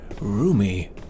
Roomy